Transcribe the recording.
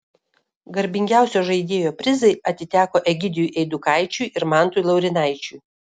garbingiausio žaidėjo prizai atiteko egidijui eidukaičiui ir mantui laurynaičiui